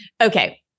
Okay